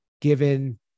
given